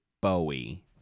Bowie